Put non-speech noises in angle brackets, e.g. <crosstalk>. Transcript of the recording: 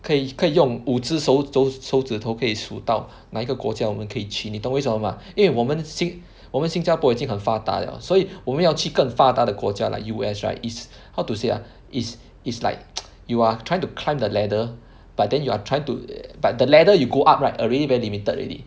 可以可以用五只手手手指头可以数到哪一个国家我们可以去你懂为什么吗因为我们新我们新加坡已经很发达了所以我们要去更发达的国家 like U_S right is how to say ah is is like <noise> you are trying to climb the ladder but then you are trying to but the ladder you go up right already very limited already